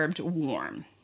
warm